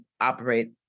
operate